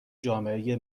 جامعه